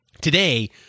Today